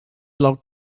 log